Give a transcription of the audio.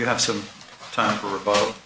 you have some time for a vote